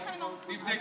תבדקי.